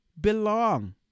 belong